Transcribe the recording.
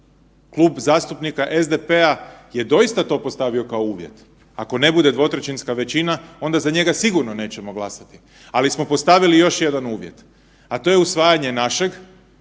Klub zastupnika SDP-a je doista to postavio kao uvjet, ako ne bude dvotrećinska većina onda za njega sigurno nećemo glasati. Ali smo postavili još jedan uvjet, a to je usvajanje našeg